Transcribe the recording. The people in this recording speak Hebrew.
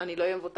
את לא מבוטחת.